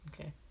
okay